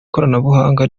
koranabuhanga